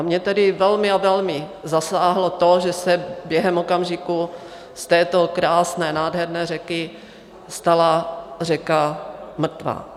Mě tedy velmi a velmi zasáhlo to, že se během okamžiku z této krásné, nádherné řeky stala řeka mrtvá.